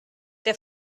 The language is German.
der